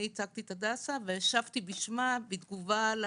אני ייצגתי את הדסה והשבתי בשמה בתגובה לעתירות.